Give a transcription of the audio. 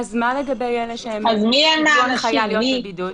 אז מה לגבי אלה שקיבלו הנחיה להיות בבידוד?